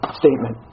statement